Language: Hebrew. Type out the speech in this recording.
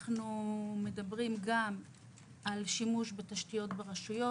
אנחנו מדברים גם על שימוש בתשתיות ברשויות.